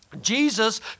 Jesus